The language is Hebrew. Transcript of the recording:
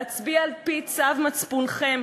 להצביע על-פי צו מצפונכם,